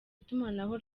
itumanaho